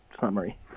summary